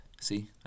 see